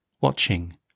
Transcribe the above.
watching